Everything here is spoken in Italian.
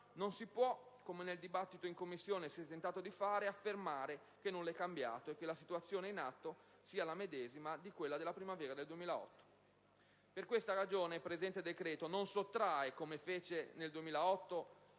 non si può, come nel dibattito in Commissione si è tentato di fare, affermare che nulla è cambiato e che la situazione in atto sia la medesima di quella della primavera del 2008. Per questa ragione il presente decreto non sottrae, come avvenne nel 2008,